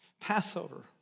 Passover